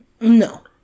No